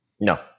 No